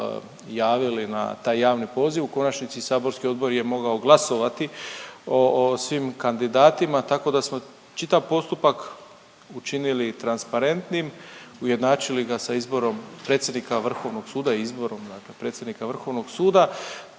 na taj javni poziv. U konačnici saborski odbor je mogao glasovati o svim kandidatima tako da smo čitav postupak učinili transparentnim i ujednačili ga sa izborom predsjednika Vrhovnog suda i izborom dakle predsjednika Vrhovnog suda.